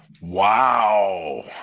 Wow